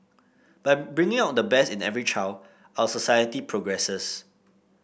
by bringing out the best in every child our society progresses